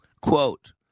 quote